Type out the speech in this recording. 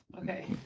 Okay